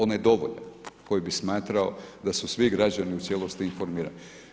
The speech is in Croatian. Onaj dovoljan koji bi smatrao da su svi građani u cijelosti informirani.